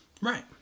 Right